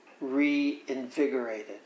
reinvigorated